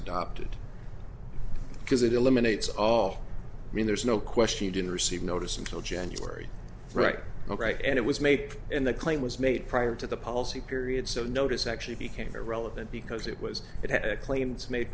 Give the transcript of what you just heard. adopted because it eliminates all i mean there's no question you didn't receive notice until january right all right and it was made in the claim was made prior to the policy period so notice actually became irrelevant because it was it had a claims made